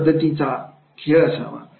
अशा पद्धतीचा खेळ असावा